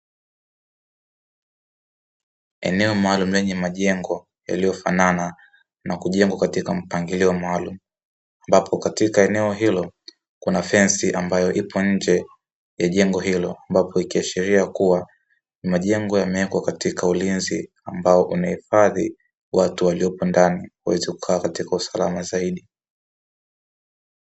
Eneo maalumu yenye majengo yaliyofanana na kujengwa katika mpangilio maalumu, ambapo katika eneo hilo kuna fensi, ambayo ipo nje ya jengo hilo, ambapo ikiashiria kuwa majengo yamewekwa katika ulinzi, ambao unahifadhi watu waliopo ndani waweze kukaa katika usalama zaidi.